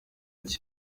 cye